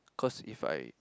cause if I